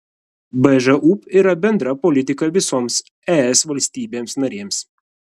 bžūp yra bendra politika visoms es valstybėms narėms